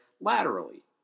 laterally